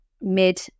mid